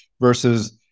versus